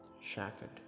shattered